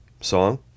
song